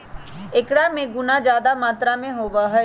एकरा में गुना जादा मात्रा में होबा हई